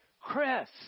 Chris